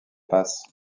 passe